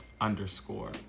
underscore